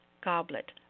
Goblet